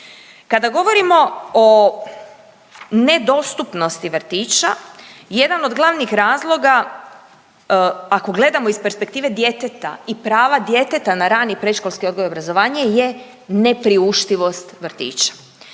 Kada govorimo o nedostupnosti vrtića, jedan od glavnih razloga ako gledamo iz perspektive djeteta i prava djeteta na rani predškolski odgoj i obrazovanje je nepriuštivost vrtića.